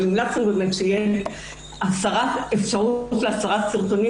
אבל המלצנו שתהיה אפשרות להסרת סרטונים